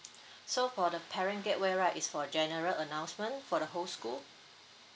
so for the parent gateway right it's for general announcement for the whole school